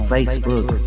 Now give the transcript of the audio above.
Facebook